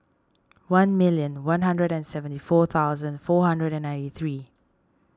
one million one hundred and seventy four thousand four hundred and ninety three